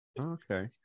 Okay